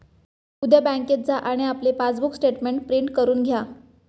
उद्या बँकेत जा आणि आपले पासबुक स्टेटमेंट प्रिंट करून घ्या